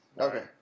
Okay